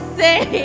say